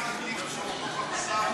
הצבעתי נגד, אני מבקש לרשום,